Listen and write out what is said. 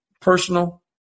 personal